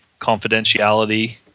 confidentiality